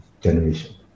generation